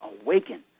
awaken